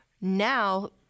now